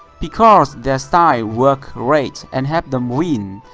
because their style works great and helps them win!